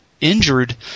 injured